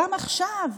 גם עכשיו,